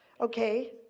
okay